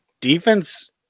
defense